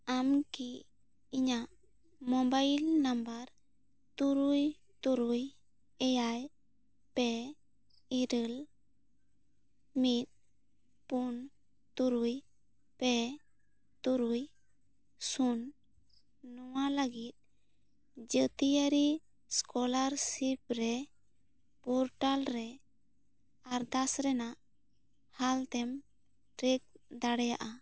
ᱟᱢ ᱠᱤ ᱤᱧᱟᱹᱜ ᱢᱳᱵᱟᱭᱤᱞ ᱱᱟᱢᱵᱟᱨ ᱛᱩᱨᱩᱭ ᱛᱩᱨᱩᱭ ᱮᱭᱟᱭ ᱯᱮ ᱤᱨᱟᱹᱞ ᱢᱤᱫ ᱯᱩᱱ ᱛᱩᱨᱩᱭ ᱯᱮ ᱛᱩᱨᱩᱭ ᱥᱩᱱ ᱱᱚᱣᱟ ᱞᱟᱹᱜᱤᱫ ᱡᱟᱹᱛᱭᱟᱹᱨᱤ ᱥᱠᱚᱞᱟᱨᱥᱤᱯ ᱨᱮ ᱯᱨᱚᱴᱟᱞ ᱨᱮ ᱟᱨᱫᱟᱥ ᱨᱮᱱᱟᱜ ᱦᱟᱞᱛᱮᱢ ᱴᱨᱮᱠ ᱫᱟᱲᱮᱭᱟᱜᱼᱟ